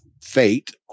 fate